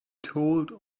told